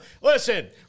listen